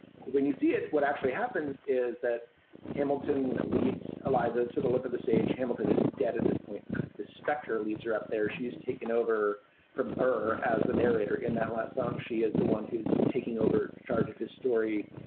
when you see it, what actually happens is that hamilton leads eliza to the lip of the stage. hamilton is dead at this point. but kind of spector leads her up there. she's taken over from her as the narrator in that last song. she is the one who's taking over charge of his story,